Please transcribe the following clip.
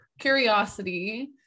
curiosity